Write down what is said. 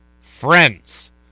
friends